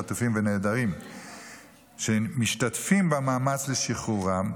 חטופים ונעדרים שמשתתפים במאמץ לשחרורם.